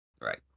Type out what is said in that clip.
right